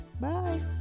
bye